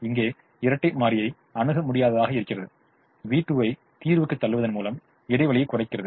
இங்கே இரட்டை மாறியை அணுக முடியாததாக இருக்கிறது v2 ஐ தீர்வுக்குத் தள்ளுவதன் மூலம் இடைவெளியைக் குறைக்கிறது